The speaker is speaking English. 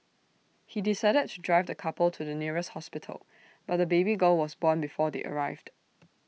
he decided to drive the couple to the nearest hospital but the baby girl was born before they arrived